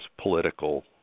political